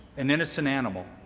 an innocent animal.